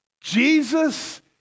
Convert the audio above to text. Jesus